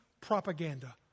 propaganda